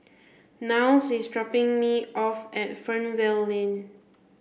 Niles is dropping me off at Fernvale Lane